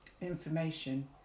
information